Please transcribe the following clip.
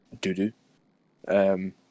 doo-doo